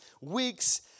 weeks